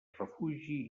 refugi